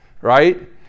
right